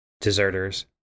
deserters